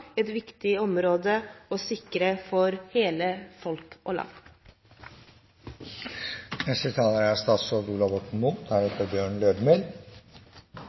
et viktig område å sikre for folk i hele landet. Flom og skred er